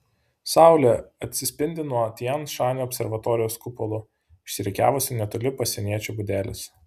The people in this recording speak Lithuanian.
saulė atsispindi nuo tian šanio observatorijos kupolų išsirikiavusių netoli pasieniečio būdelės